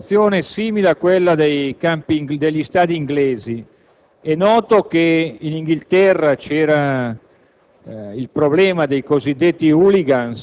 a stabilire una situazione simile a quella degli stadi inglesi. È noto che in Inghilterra c'era